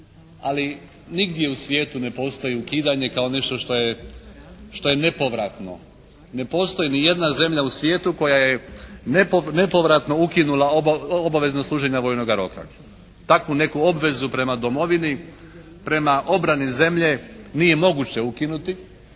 ali nigdje u svijetu ne postoji ukidanje kao nešto što je, što je nepovratno. Ne postoji ni jedna zemlja u svijetu koja je nepovratno ukinula obavezno služenje vojnoga roka. Takvu neku obvezu prema domovini, prema obrani zemlje nije moguće ukinuti